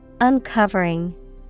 Uncovering